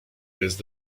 jest